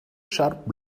sharp